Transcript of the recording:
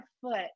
foot